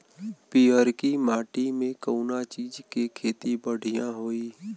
पियरकी माटी मे कउना चीज़ के खेती बढ़ियां होई?